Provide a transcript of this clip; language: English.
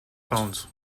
phones